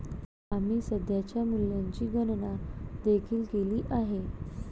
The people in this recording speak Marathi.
आम्ही सध्याच्या मूल्याची गणना देखील केली आहे